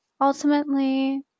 Ultimately